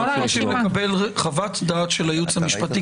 אנחנו רוצים לקבל חוות דעת של הייעוץ המשפטי